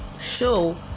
show